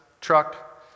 truck